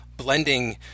blending